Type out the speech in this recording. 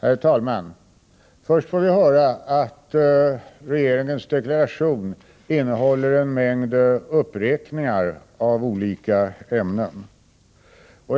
Herr talman! Först får vi höra att regeringens deklaration innehåller en mängd uppräkningar av olika ämnen.